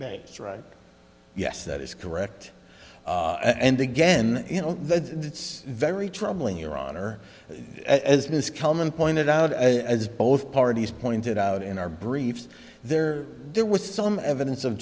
banks right yes that is correct and again you know that it's very troubling your honor as ms cullman pointed out as both parties pointed out in our briefs there there was some evidence of